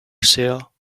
sale